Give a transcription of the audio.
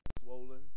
swollen